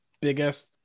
biggest